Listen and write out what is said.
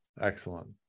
Excellent